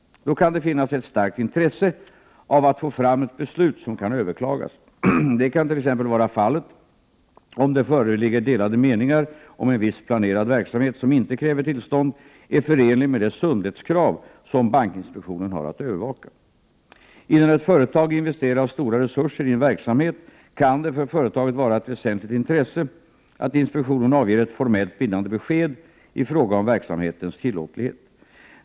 Då kan det finnas ett starkt intresse av att få fram ett beslut som kan överklagas. Detta kan t.ex. vara fallet om det föreligger delade meningar om en viss planerad verksamhet, som inte kräver tillstånd, är förenlig med det sundhetskrav som bankinspektionen har att övervaka. Innan ett företag investerar stora resurser i en verksamhet, kan det för företaget vara ett väsentligt intresse att inspektionen avger ett formellt bindande besked i fråga om verksamhetens tillåtlighet.